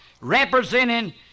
representing